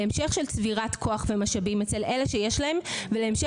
להמשך של צבירת כוח ומשאבים אצל אלה שיש להם ולהמשך